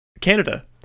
canada